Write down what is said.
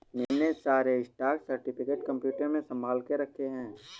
मैंने सारे stock certificate computer में संभाल के रखे हैं